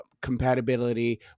compatibility